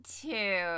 two